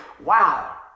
wow